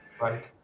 Right